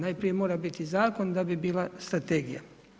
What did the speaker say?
Najprije mora biti zakon da bi bila strategija.